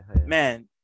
man